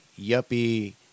yuppie